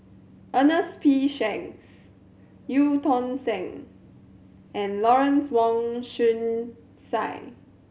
Ernest P Shanks Eu Tong Sen and Lawrence Wong Shyun Tsai